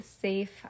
safe